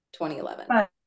2011